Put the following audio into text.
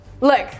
Look